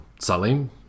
salim